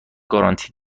گارانتی